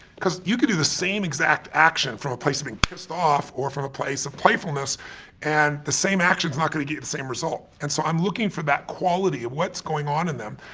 because you can do the same exact action from a place of being pissed off or from a place of playfulness and the same action is not gonna get you the same result. and so i'm looking for that quality of what's going on in them,